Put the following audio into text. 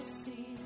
see